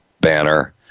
banner